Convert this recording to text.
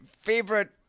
favorite